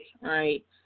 right